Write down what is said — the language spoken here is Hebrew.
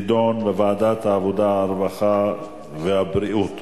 תידון בוועדת העבודה, הרווחה והבריאות.